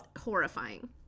horrifying